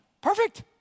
Perfect